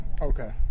Okay